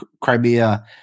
Crimea